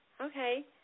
Okay